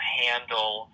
handle